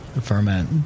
ferment